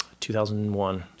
2001